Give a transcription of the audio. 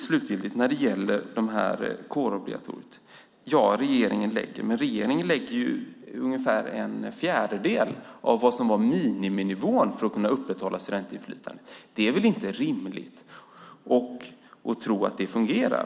Slutligen gäller det kårobligatoriet. Ja, regeringen lägger, men regeringen lägger ungefär en fjärdedel av vad som var miniminivån för att kunna upprätthålla studentinflytandet. Det är väl inte rimligt att tro att det fungerar.